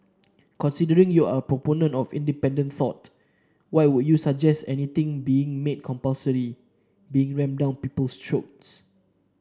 considering you're a proponent of independent thought why would you suggest anything being made compulsory being rammed down people's throats